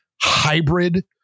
hybrid